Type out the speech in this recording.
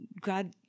God